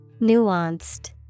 Nuanced